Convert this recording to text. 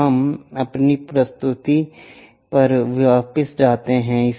तो हम अपनी प्रस्तुति पर वापस जाते हैं